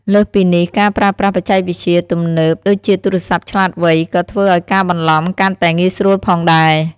លើសពីនេះ ការប្រើប្រាស់បច្ចេកវិទ្យាទំនើបដូចជាទូរស័ព្ទឆ្លាតវៃ ក៏ធ្វើឱ្យការបន្លំកាន់តែងាយស្រួលផងដែរ។